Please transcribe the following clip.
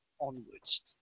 onwards